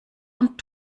und